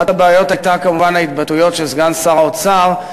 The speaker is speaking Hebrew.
אחת הבעיות הייתה כמובן ההתבטאויות של סגן שר האוצר,